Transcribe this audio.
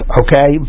okay